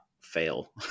fail